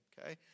okay